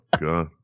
god